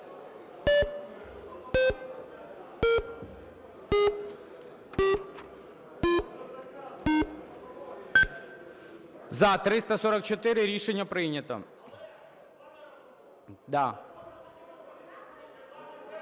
За-243 Рішення прийнято.